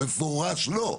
במפורש לא.